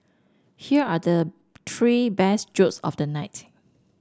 here are the three best jokes of the night